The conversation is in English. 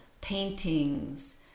paintings